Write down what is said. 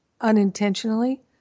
unintentionally